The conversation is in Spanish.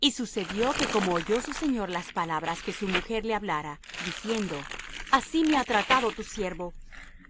y sucedió que como oyó su señor las palabras que su mujer le hablara diciendo así me ha tratado tu siervo